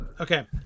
Okay